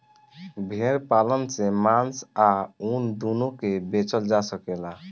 भेड़ पालन से मांस आ ऊन दूनो के बेचल जा सकेला